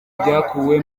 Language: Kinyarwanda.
byakuwe